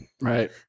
Right